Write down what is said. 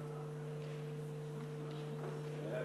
כל כך הרבה